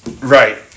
Right